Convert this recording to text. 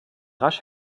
rasch